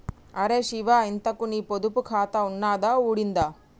అరే శివా, ఇంతకూ నీ పొదుపు ఖాతా ఉన్నదా ఊడిందా